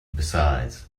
besides